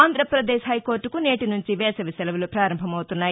ఆంధ్రప్రదేశ్ హైకోర్లకు నేటి నుంచి వేసవి సెలవులు ప్రారంభమవుతున్నాయి